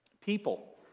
people